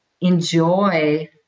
enjoy